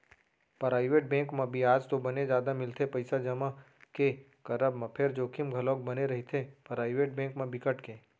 private bank म बियाज तो बने जादा मिलथे पइसा जमा के करब म फेर जोखिम घलोक बने रहिथे, पराइवेट बेंक म बिकट के